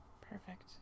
Perfect